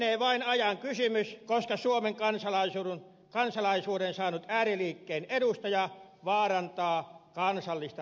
lienee vain ajan kysymys koska suomen kansalaisuuden saanut ääriliikkeen edustaja vaarantaa kansallista turvallisuuttamme